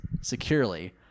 securely